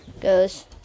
goes